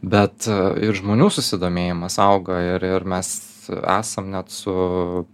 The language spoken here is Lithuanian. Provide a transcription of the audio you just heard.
bet ir žmonių susidomėjimas auga ir ir mes esam net su